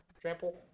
trample